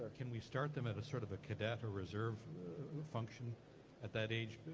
can we start them at a sort of a cadet or reserve function at that age,